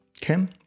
Kim